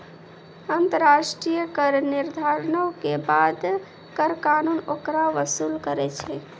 अन्तर्राष्ट्रिय कर निर्धारणो के बाद कर कानून ओकरा वसूल करै छै